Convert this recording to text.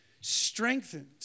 Strengthened